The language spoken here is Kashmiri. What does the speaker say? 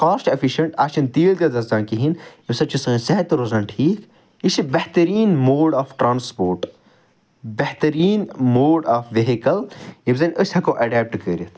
کواسٹہِ ایٚفِشیٚنٛٹ اَتھ چھُنہ تیٖل تہِ دَزان کِہیٖنۍ اَمہِ سۭتۍ چھُ سٲنۍ صحت تہِ روزان ٹھیٖک یہِ چھُ بہتریٖن موڈ آف ٹرٛانسپورٹ بہتریٖن موڈ آف ویٚہِکٕل یِم زَن أسۍ ہیٚکو ایٚڈاپٹہٕ کٔرِتھ